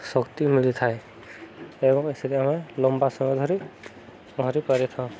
ଶକ୍ତି ମିଳିଥାଏ ଏବଂ ଏଥିରେ ଆମେ ଲମ୍ବା ସମୟ ଧରି ପହଁରି ପାରିଥାଉ